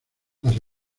las